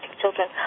children